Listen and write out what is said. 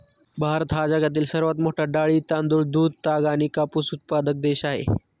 भारत हा जगातील सर्वात मोठा डाळी, तांदूळ, दूध, ताग आणि कापूस उत्पादक देश आहे